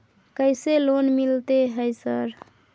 कैसे लोन मिलते है सर?